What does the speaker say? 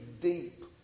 deep